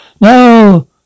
No